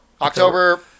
october